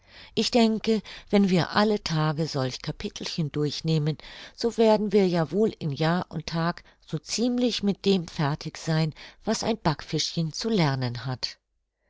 ich denke wenn wir alle tage solch kapitelchen durchnehmen so werden wir ja wohl in jahr und tag so ziemlich mit dem fertig sein was ein backfischchen zu lernen hat